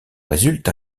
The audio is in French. résulte